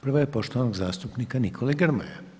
Prva je poštovanog zastupnika Nikole Grmoje.